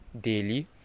daily